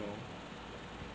know